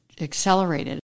accelerated